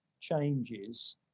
changes